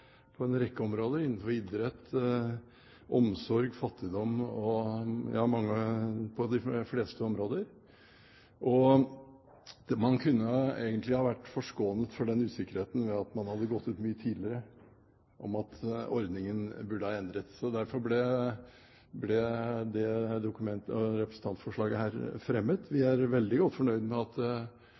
på en rekke områder, innenfor idrett, omsorg, fattigdom – på de fleste områder. Man kunne egentlig vært forskånet for usikkerheten ved at man hadde gått ut mye tidligere med at ordningen burde vært endret. Derfor ble dette representantforslaget fremmet. Vi er veldig godt fornøyd med at det er løst i statsbudsjettet nå, og at usikkerheten er lagt på is. Vi er også enig med foregående taler i at